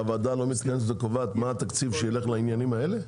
הוועדה לא מתכנסת וקובעת מה התקציב שילך לדברים האלה?